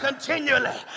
continually